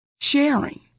sharing